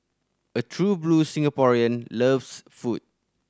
a true blue Singaporean loves food